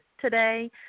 today